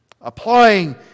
applying